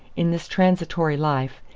in this transitory life,